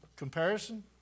comparison